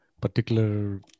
particular